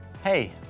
Hey